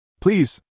Please